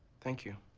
thank you.